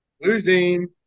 Losing